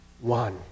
one